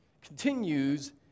continues